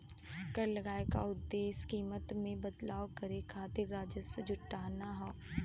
कर लगाये क उद्देश्य कीमत में बदलाव करे खातिर राजस्व जुटाना हौ